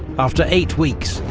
after eight weeks,